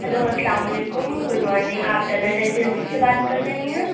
hello السّلام علیکم good morning آپ طلعت ایجنسی سے بات کر رہی ہیں